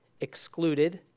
excluded